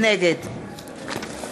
נגד